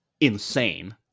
insane